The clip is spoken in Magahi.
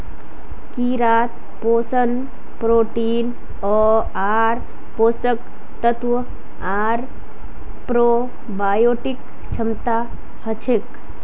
कीड़ात पोषण प्रोटीन आर पोषक तत्व आर प्रोबायोटिक क्षमता हछेक